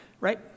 right